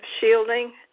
shielding